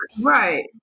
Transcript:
Right